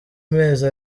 mezi